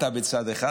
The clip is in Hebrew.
אתה בצד אחד,